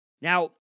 Now